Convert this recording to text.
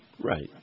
Right